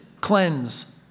cleanse